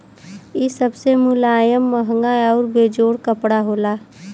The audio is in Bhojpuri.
इ सबसे मुलायम, महंगा आउर बेजोड़ कपड़ा होला